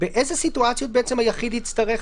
באיזה סיטואציה היחיד יצטרך?